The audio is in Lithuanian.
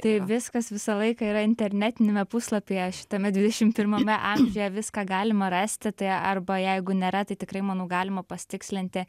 tai viskas visą laiką yra internetiniame puslapyje šitame dvidešim pirmame amžiuje viską galima rasti tai arba jeigu nėra tai tikrai manau galima pasitikslinti